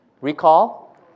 recall